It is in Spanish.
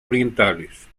orientales